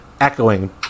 echoing